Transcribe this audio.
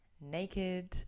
naked